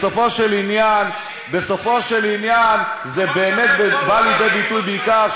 בסופו של עניין זה באמת בא לידי ביטוי בעיקר,